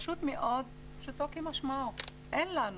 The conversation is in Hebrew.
פשוטו כמשמעו, אין לנו.